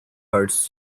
hearts